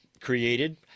created